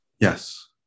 Yes